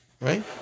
right